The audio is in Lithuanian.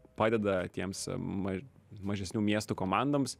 padeda tiems maž mažesnių miestų komandoms